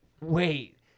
Wait